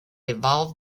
evolved